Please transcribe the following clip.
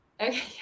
Okay